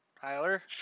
Tyler